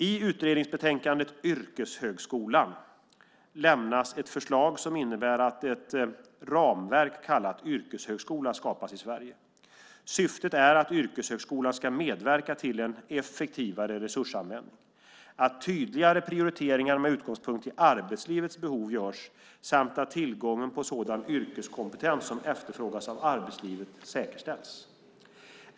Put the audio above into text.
I betänkandet Yrkeshögskolan: För yrkeskunnande i förändring lämnas ett förslag som innebär att ett ramverk kallat yrkeshögskola skapas i Sverige. Syftet är att yrkeshögskolan ska medverka till en effektivare resursanvändning, att tydligare prioriteringar med utgångspunkt i arbetslivets behov görs samt att tillgången på sådan yrkeskompetens som efterfrågas av arbetslivet säkerställs.